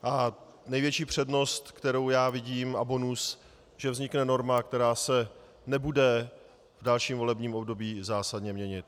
A největší přednost a bonus, které já vidím, že vznikne norma, která se nebude v dalším volebním období zásadně měnit.